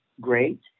great